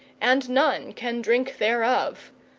and none can drink thereof.